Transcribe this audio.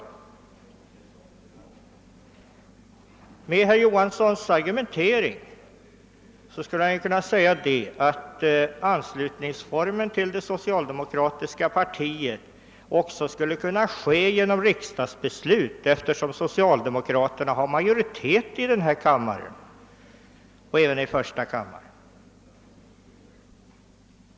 Enligt herr Johanssons argumentering skulle anslutningen till det socialdemokratiska partiet kunna ske genom riksdagsbeslut, eftersom socialdemokraterna har majoritet i denna kammare och även i första kammaren.